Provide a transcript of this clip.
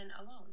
alone